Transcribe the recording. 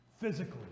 Physically